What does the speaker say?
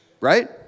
Right